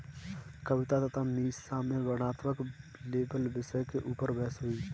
कविता तथा मीसा में वर्णनात्मक लेबल विषय के ऊपर बहस हुई